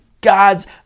God's